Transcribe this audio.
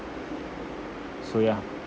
so ya